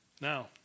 Now